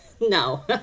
no